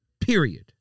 Period